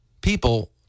people